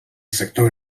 sector